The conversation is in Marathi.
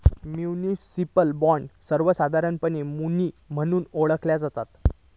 म्युनिसिपल बॉण्ड, सर्वोसधारणपणे मुनी म्हणून ओळखला जाता